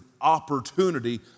opportunity